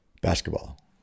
basketball